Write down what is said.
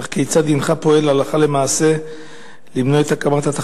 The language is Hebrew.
אך כיצד אתה פועל הלכה למעשה למנוע את הקמתה,